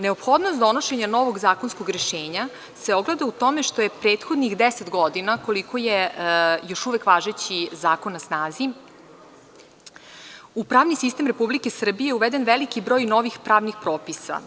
Neophodnost donošenja novog zakonskog rešenja se ogleda u tome što je prethodnih 10 godina, koliko je još uvek važeći zakon na snazi, u pravni sistem Republike Srbije uveden veliki broj novih pravnih propisa.